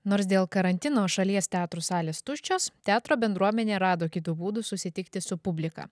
nors dėl karantino šalies teatrų salės tuščios teatro bendruomenė rado kitų būdų susitikti su publika